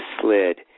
slid